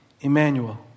Emmanuel